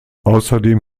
außerdem